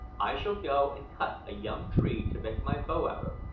i shall go and cut a young tree to make my bow out of,